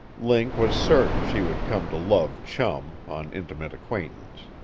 link was certain she would come to love chum, on intimate acquaintance.